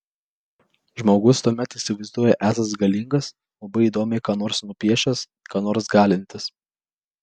žmogus tuomet įsivaizduoja esąs galingas labai įdomiai ką nors nupiešęs ką nors galintis